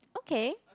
okay